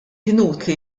inutli